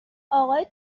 اقای